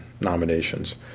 nominations